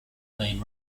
been